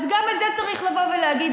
אז גם את זה צריך לבוא ולהגיד,